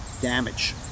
damage